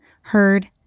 heard